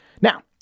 Now